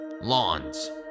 lawns